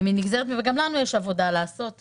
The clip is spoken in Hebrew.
גם לנו יש עבודה לעשות,